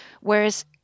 Whereas